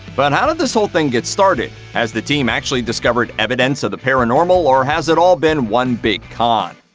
but how did this whole thing get started? has the team actually discovered evidence of the paranormal, or has it all been one big con?